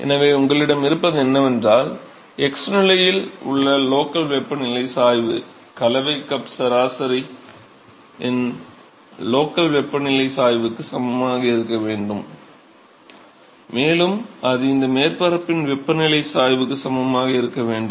எனவே உங்களிடம் இருப்பது என்னவென்றால் x நிலையில் உள்ள லோக்கல் வெப்பநிலை சாய்வு கலவை கப் சராசரியின் லோக்கல் வெப்பநிலை சாய்வுக்கு சமமாக இருக்க வேண்டும் மேலும் அது இந்த மேற்பரப்பின் வெப்பநிலை சாய்வுக்கு சமமாக இருக்க வேண்டும்